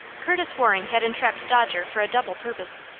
curtis waring had entrapped dodger for a double purpose.